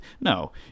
No